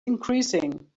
increasing